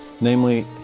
namely